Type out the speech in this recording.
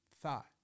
thought